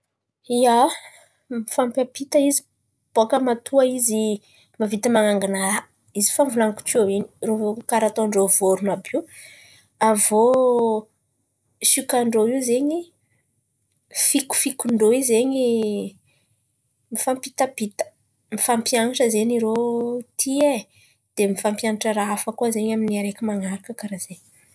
Mifampiampita izy bakà matoa izy mahavita man̈angana raha izy efa novolaniko teo in̈y, karà ataon̈'rô vôrono àby io. Avy iô siokan'irô zen̈y, fiko fiko ndrô io zen̈y mifampitampita, mifampianatra zen̈y irô ty e! Dia, mifampianatra raha afaka hafa koa amy ny araiky manaraka koa.